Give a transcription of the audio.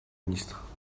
ministre